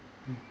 mm